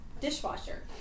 dishwasher